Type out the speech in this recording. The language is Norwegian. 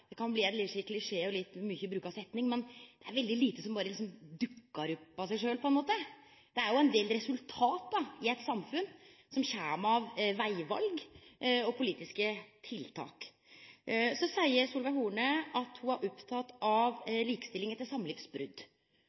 det er veldig lite som berre dukkar opp av seg sjølv. Det er jo ein del resultat i eit samfunn som kjem av vegvalg og politiske tiltak. Så seier Solveig Horne at ho er oppteken av